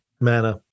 manner